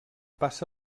passa